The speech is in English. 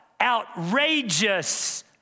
outrageous